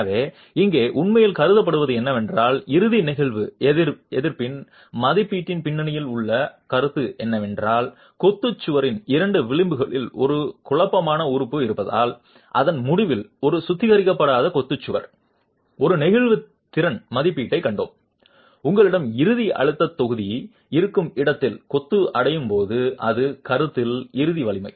எனவே இங்கே உண்மையில் கருதப்படுவது என்னவென்றால் இறுதி நெகிழ்வு எதிர்ப்பின் மதிப்பீட்டின் பின்னணியில் உள்ள கருத்து என்னவென்றால் கொத்து சுவரின் இரண்டு விளிம்புகளில் ஒரு குழப்பமான உறுப்பு இருப்பதால் அதன் முடிவில் ஒரு சுத்திகரிக்கப்படாத கொத்து சுவர் ஒரு நெகிழ்வு திறன் மதிப்பீட்டைக் கண்டோம் உங்களிடம் இறுதி அழுத்தத் தொகுதி இருக்கும் இடத்தில் கொத்து அடையும் போது அது சுருக்கத்தில் இறுதி வலிமை